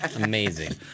Amazing